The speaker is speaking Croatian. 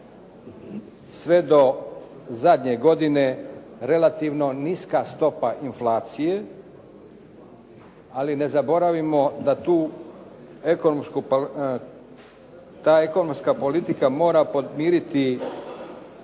sve do zadnje godine relativno niska stopa inflacije ali ne zaboravimo da ta ekonomska politika mora podmiriti